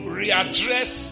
readdress